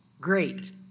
Great